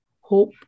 hope